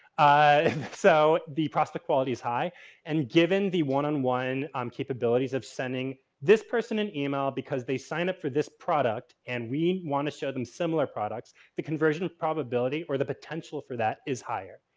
ah so, the prospect quality is high and, given the one-on-one um capabilities of sending this person an email because they sign up for this product and we want to show them similar products, the conversion probability or the potential for that is higher.